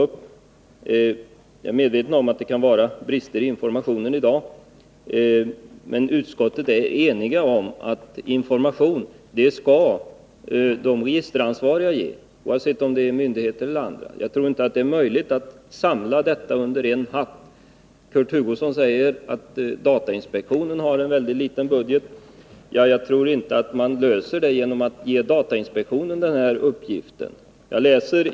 Jag är medveten om att det kan vara brister i informationen i dag, men utskottet är enigt om att de registeransvariga skall ge information — oavsett om det är myndigheter eller andra. Jag tror inte att det är möjligt att samla detta under en hatt. Kurt Hugosson säger att datainspektionen har en väldigt liten budget. Ja, jag tror inte att man löser frågan genom att ge datainspektionen den här uppgiften.